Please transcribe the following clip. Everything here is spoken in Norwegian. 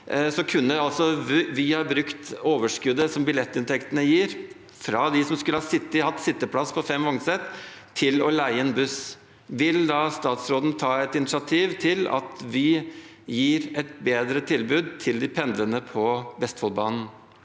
ha brukt overskuddet fra billettinntektene fra dem som skulle hatt sitteplass på fem vognsett, til å leie en buss. Vil statsråden ta initiativ til at Vy gir et bedre tilbud til de pendlende på Vestfoldbanen?